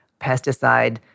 pesticide